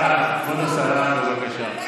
אוכלוסיות מוחלשות, את חרפה.